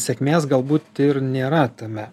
sėkmės galbūt ir nėra tame